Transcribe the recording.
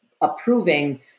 approving